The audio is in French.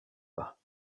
pas